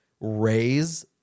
raise